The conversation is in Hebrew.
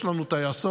יש לנו טייסות,